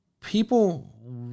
people